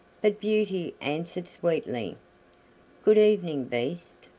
but beauty answered sweetly good-evening, beast.